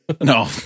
No